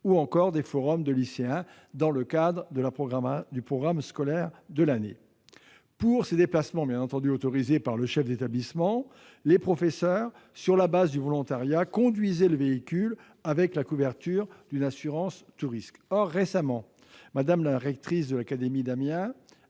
ou encore des forums de lycéens, dans le cadre du programme scolaire de l'année. Pour ces déplacements autorisés par le chef d'établissement, les professeurs, sur la base du volontariat, conduisaient le véhicule avec la couverture d'une assurance tous risques. Or récemment, Mme la rectrice de l'académie d'Amiens